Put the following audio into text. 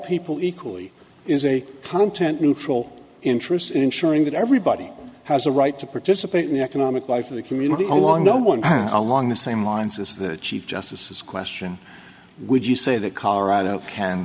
people equally is a content neutral interest in ensuring that everybody has a right to participate in the economic life of the community along no one along the same lines as the chief justices question would you say that colorado can